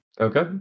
Okay